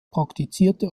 praktizierte